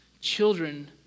Children